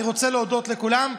אני רוצה להודות לכולם.